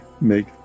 make